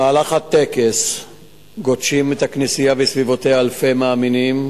במהלך הטקס גודשים את הכנסייה וסביבותיה אלפי מאמינים,